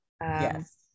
Yes